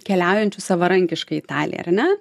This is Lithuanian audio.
keliaujančių savarankiškai į italiją ar ne